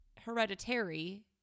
hereditary